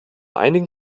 einigen